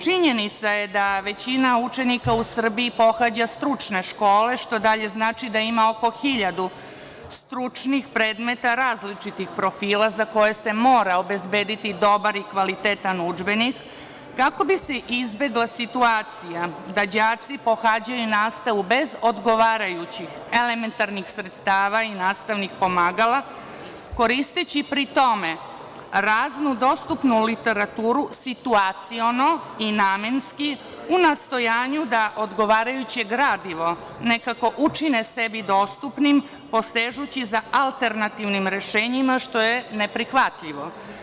Činjenica je da većina učenika u Srbiji pohađa stručne škole što dalje znači da ima oko hiljadu stručnih predmeta različitih profila za koje se mora obezbediti dobar i kvalitetan udžbenik kako bi se izbegla situacija da đaci pohađaju nastavu bez odgovarajućih elementarnih sredstava i nastavnih pomagala, koristeći pri tome raznu dostupnu literaturu situaciono i namenski u nastojanju da odgovarajuće gradivo kako učine sebi dostupnim posežući sa alternativnim rešenjima, što je neprihvatljivo.